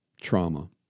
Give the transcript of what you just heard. trauma